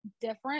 different